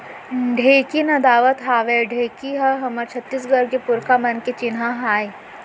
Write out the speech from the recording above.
ढेंकी नदावत हावय ढेंकी ह हमर छत्तीसगढ़ के पुरखा मन के चिन्हा आय